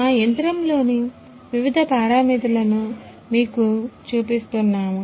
మా యంత్రంలోని వివిధ పారామితులను మీకు చూపిస్తున్నాము